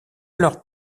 leur